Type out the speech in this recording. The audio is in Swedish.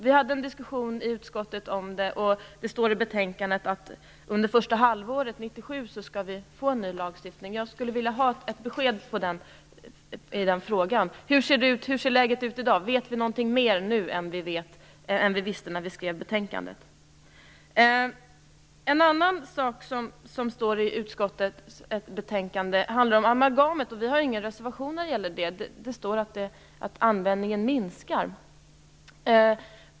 Vi förde en diskussion i utskottet om den frågan, och det står i betänkandet att det under första halvåret skall införas en ny lagstiftning. Jag skulle vilja ha ett besked på den punkten. Hur ser läget ut i dag? Vet vi någonting mera nu än vi visste när betänkandet skrevs? En annan sak som behandlas i utskottets betänkande är amalgam, men vi har ingen reservation i det fallet. Det står att användningen minskar.